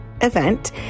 event